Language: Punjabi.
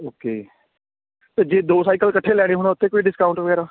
ਓਕੇ ਅਤੇ ਜੇ ਦੋ ਸਾਈਕਲ ਇਕੱਠੇ ਲੈਣੇ ਹੋਣ ਉਹ 'ਤੇ ਕੋਈ ਡਿਸਕਾਊਂਟ ਵਗੈਰਾ